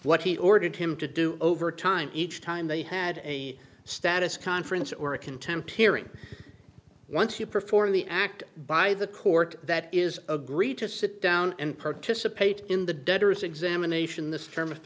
what he ordered him to do over time each time they had a status conference or a contempt hearing once you perform the act by the court that is agreed to sit down and participate in the debtor's examination this